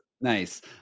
nice